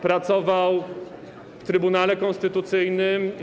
Pracował w Trybunale Konstytucyjnym.